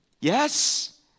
Yes